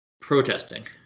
protesting